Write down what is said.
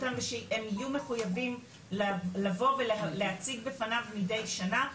אותם ושהם יהיו מחויבים לבוא ולהציג בפניו מידי שנה.